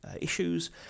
issues